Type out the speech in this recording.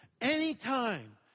Anytime